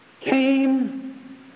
came